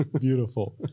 beautiful